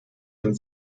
dem